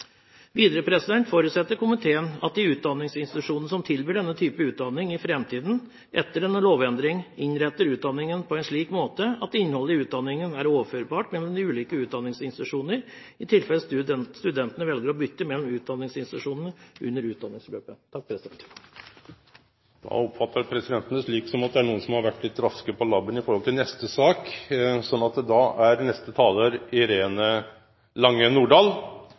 Videre forutsetter komiteen at de utdanningsinstitusjonene som tilbyr denne typen utdanning i framtiden, etter en lovendring innretter utdanningen på en slik måte at innholdet i utdanningen er overførbart mellom de ulike utdanningsinstitusjoner i tilfelle studentene velger å bytte mellom utdanningsinstitusjoner under utdanningsløpet. Senterpartiet har alltid hatt et spesielt engasjement for jordskifterettene, og vi er opptatt av å styrke disse. I Soria Moria II står det at regjeringen vil «opprettholde styrkingen av jordskifterettene og gjennomføre tiltak for økt rekruttering». Jordskiftedomstolen er en særdomstol som skal bidra til